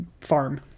farm